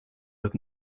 with